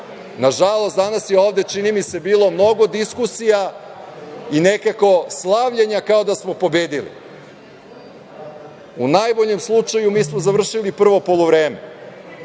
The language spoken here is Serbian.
Nažalost, danas je ovde, čini mi se, bilo mnogo diskusija i nekako slavljenja kao da smo pobedili.U najboljem slučaju, mi smo završili prvo poluvreme,